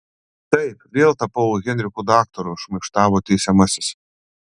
taip vėl tapau henriku daktaru šmaikštavo teisiamasis